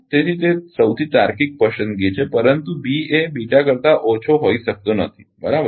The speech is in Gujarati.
તેથી તે સૌથી તાર્કિક પસંદગી છે પરંતુ B એ કરતાં ઓછો હોઈ શકતો નથી બરાબર